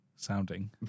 Sounding